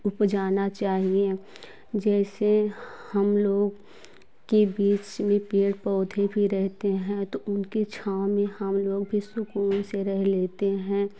उपजाना चाहिए जैसे हम लोग के बीच में पेड़ पौधे भी रहते हैं तो उनकी छाँव में हम लोग भी सुकून से रहते हैं